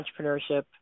entrepreneurship